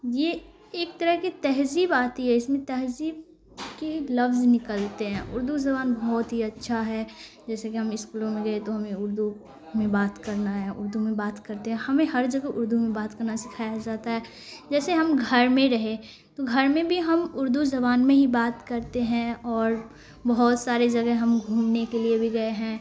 یہ ایک طرح کی تہذیب آتی ہے اس میں تہذیب کے لفظ نکلتے ہیں اردو زبان بہت ہی اچھا ہے جیسے کہ ہم اسکولوں میں گئے تو ہمیں اردو میں بات کرنا ہے اردو میں بات کرتے ہیں ہمیں ہر جگہ اردو میں بات کرنا سکھایا جاتا ہے جیسے ہم گھر میں رہے تو گھر میں بھی ہم اردو زبان میں ہی بات کرتے ہیں اور بہت سارے جگہ ہم گھومنے کے لیے بھی گئے ہیں